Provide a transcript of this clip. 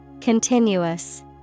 Continuous